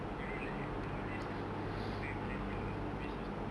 you know like nowadays right the youngster bila game all they always use the